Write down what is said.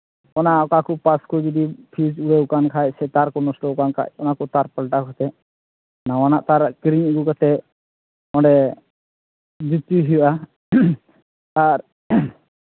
ᱚᱱᱟ ᱚᱠᱟ ᱠᱚ ᱯᱟᱨᱴ ᱠᱚ ᱡᱩᱫᱤ ᱯᱷᱤᱭᱩᱡ ᱩᱲᱟᱹᱣ ᱠᱟᱱ ᱠᱷᱟᱡ ᱥᱮ ᱛᱟᱨᱠᱚ ᱱᱚᱥᱴᱚ ᱠᱟᱱ ᱠᱷᱟᱡ ᱚᱱᱟᱠᱚ ᱛᱟᱨ ᱯᱟᱞᱴᱟᱣ ᱠᱟᱛᱮᱜ ᱱᱟᱣᱟᱱᱟᱜ ᱛᱟᱨ ᱠᱤᱨᱤᱧ ᱟᱹᱜᱩ ᱠᱟᱛᱮᱜ ᱚᱸᱰᱮ ᱞᱤᱯᱤᱭ ᱦᱩᱭᱩᱜᱼᱟ ᱟᱨ